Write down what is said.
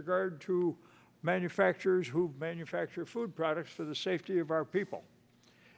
regard to manufacturers who manufacture food products for the safety of our people